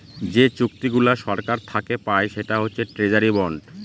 যে চুক্তিগুলা সরকার থাকে পায় সেটা হচ্ছে ট্রেজারি বন্ড